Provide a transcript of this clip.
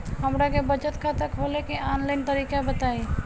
हमरा के बचत खाता खोले के आन लाइन तरीका बताईं?